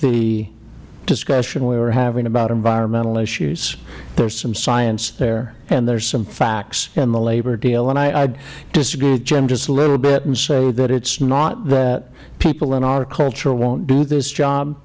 the discussion we were having about environmental issues there is some science there and there are some facts in the labor deal and i would disagree with jim just a little bit and say that it is not that people in our culture wont do this job